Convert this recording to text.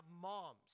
moms